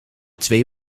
twee